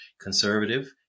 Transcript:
conservative